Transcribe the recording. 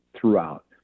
throughout